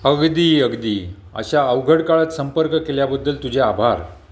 अगदी अगदी अशा अवघड काळात संपर्क केल्याबद्दल तुझे आभार